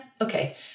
okay